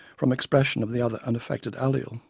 from expression of the other unaffected allele. um